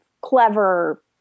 clever